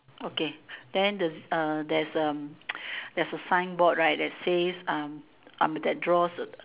okay then the uh there's um there's a signboard right that says um I mean that draws a